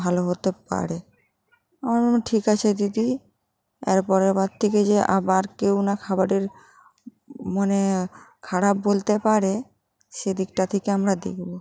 ভালো হতে পারে আমি বললাম ঠিক আছে দিদি এর পরেরবার থেকে যে আবার কেউ না খাবারের মানে খারাপ বলতে পারে সে দিকটা থেকে আমরা দেখবো